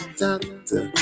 doctor